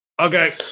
Okay